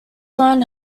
learn